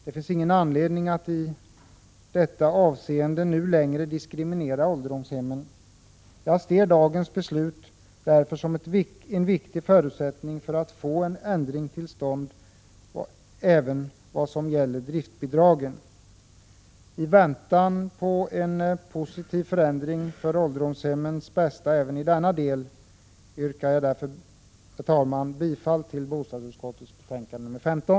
Det finns nu inte någon anledning att i detta avseende längre diskriminera ålderdomshemmen. Jag ser därför dagens beslut som en viktig förutsättning för att få en ändring till stånd även vad gäller driftbidragen. Herr talman! I väntan på en positiv förändring för ålderdomshemmens bästa även i denna del yrkar jag bifall till bostadsutskottets hemställan i betänkandet 15.